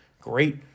great